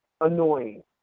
annoying